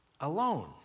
alone